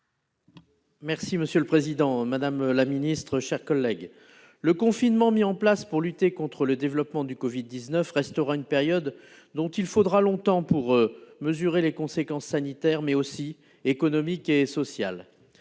Henno. Monsieur le président, madame la secrétaire d'État, mes chers collègues, le confinement mis en place pour lutter contre le développement du Covid-19 restera une période dont il faudra longtemps pour mesurer les conséquences sanitaires, mais aussi économiques et sociales.